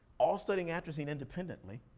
all studying atrazine independently.